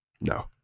No